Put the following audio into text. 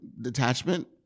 detachment